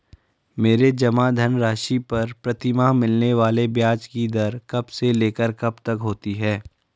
मेरे जमा धन राशि पर प्रतिमाह मिलने वाले ब्याज की दर कब से लेकर कब तक होती है?